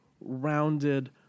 rounded